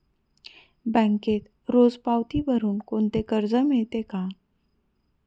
बँकेत रोज पावती भरुन कोणते कर्ज मिळते का?